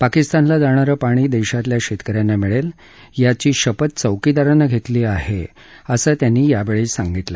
पाकिस्तानला जाणारं पाणी देशातल्या शेतक यांना मिळेल याची शपथ चौकीदारानं घेतली आहे असं त्यांनी यावेळी सांगितलं